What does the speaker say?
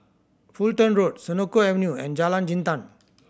Fulton Road Senoko Avenue and Jalan Jintan